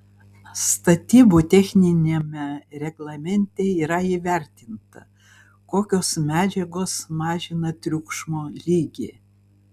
statybų techniniame reglamente yra įvertinta kokios medžiagos mažina triukšmo lygį